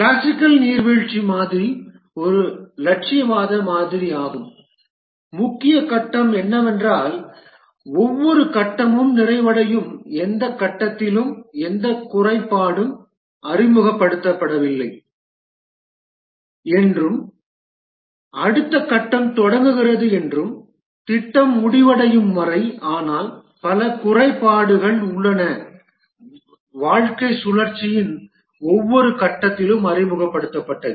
classical நீர்வீழ்ச்சி மாதிரி ஒரு இலட்சியவாத மாதிரியாகும் முக்கிய கட்டம் என்னவென்றால் ஒவ்வொரு கட்டமும் நிறைவடையும் எந்த கட்டத்திலும் எந்த குறைபாடும் அறிமுகப்படுத்தப்படவில்லை என்றும் அடுத்த கட்டம் தொடங்குகிறது என்றும் திட்டம் முடிவடையும் வரை ஆனால் பல குறைபாடுகள் உள்ளன வாழ்க்கைச் சுழற்சியின் ஒவ்வொரு கட்டத்திலும் அறிமுகப்படுத்தப்பட்டது